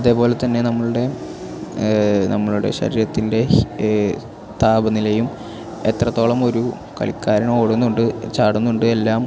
അതേപോലെ തന്നെ നമ്മളുടെ നമ്മളുടെ ശരീരത്തിൻ്റെ ഹി താപനിലയും എത്രത്തോളം ഒരു കളിക്കാരൻ ഓടുന്നുണ്ട് ചാടുന്നുണ്ട് എല്ലാം